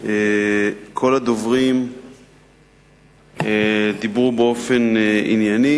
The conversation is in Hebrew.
כל הדוברים דיברו באופן ענייני,